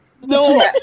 No